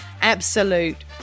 absolute